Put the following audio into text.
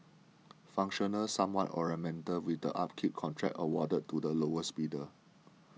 functional somewhat ornamental with the upkeep contract awarded to the lowest bidder